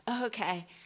okay